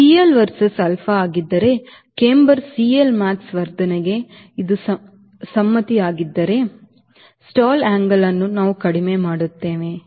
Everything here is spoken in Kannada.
ಇದು CL versus alpha ಆಗಿದ್ದರೆ ಕ್ಯಾಂಬರ್ CLmax ವರ್ಧನೆಗೆ ಇದು ಸಮ್ಮಿತೀಯವಾಗಿದ್ದರೆ ಆದರೆ stall angleವನ್ನು ನಾವು ಕಡಿಮೆ ಮಾಡುತ್ತೇವೆ